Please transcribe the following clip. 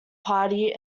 party